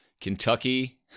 Kentucky